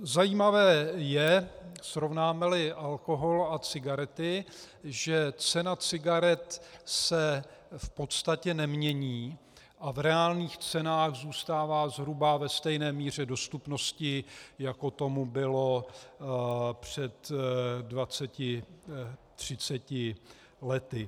Zajímavé je, srovnámeli alkohol a cigarety, že cena cigaret se v podstatě nemění a v reálných cenách zůstává zhruba ve stejné míře dostupnosti, jako tomu bylo před dvaceti, třiceti lety.